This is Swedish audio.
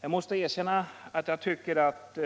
Jag måste erkänna att jag tycker att